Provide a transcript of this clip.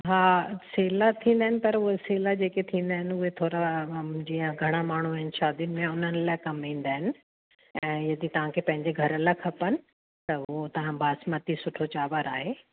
हा सिला थींदा आहिनि पर उहे सिला जेके थींदा आहिनि उहे थोरा जीअं घणा माण्हू आहिनि शादीयुनि में उन्हनि लाइ कमु ईंदा आहिनि ऐं यदि तव्हांखे पंहिंजे घरु लाइ खपनि त उहो तव्हां बासमती सुठो चांवर आहे